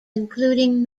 including